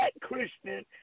Christian